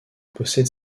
possède